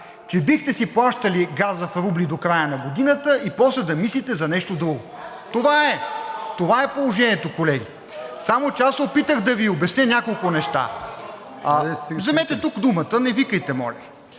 че бихте си плащали газа в рубли до края на годината и после да мислите за нещо друго. Това е. Това е положението, колеги. Само че аз се опитах да Ви обясня няколко неща. (Шум и реплики от